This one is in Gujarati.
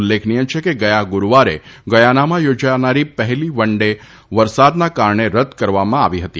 ઉલ્લેખનીય છે કે ગયા ગુરૂવારે ગુયાનામાં યોજાનારી પહેલી વન ડે વરસાદના કારણે રદ કરવામાં આવી હતી